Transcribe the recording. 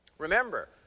Remember